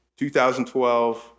2012